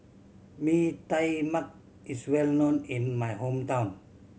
Mee Tai Mak is well known in my hometown